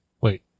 Wait